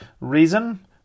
reason